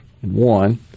one